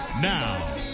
Now